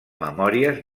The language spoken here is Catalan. memòries